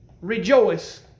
Rejoice